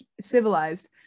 civilized